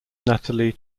natalie